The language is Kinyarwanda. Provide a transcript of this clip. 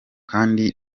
kandi